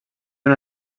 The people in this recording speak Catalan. una